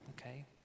okay